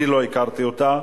אני לא הכרתי אותה,